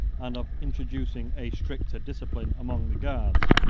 and of introducing a stricter discipline among the guards,